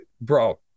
Bro